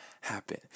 happen